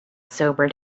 sobered